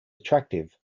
attractive